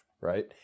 right